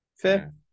Fair